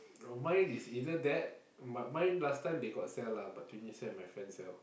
oh my is either that but my last time they got sell lah but twenty cents my friend sell